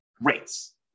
rates